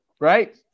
Right